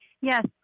Yes